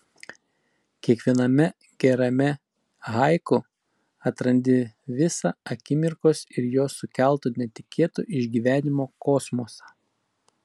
kiekviename gerame haiku atrandi visą akimirkos ir jos sukelto netikėto išgyvenimo kosmosą